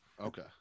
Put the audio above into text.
okay